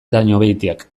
dañobeitiak